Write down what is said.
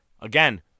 again